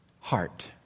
heart